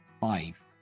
five